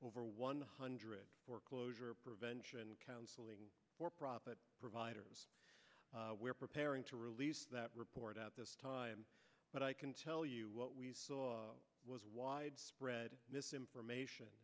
over one hundred foreclosure prevention counseling for profit providers we're preparing to release that report out this time but i can tell you what was widespread misinformation